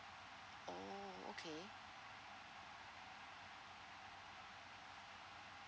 oh okay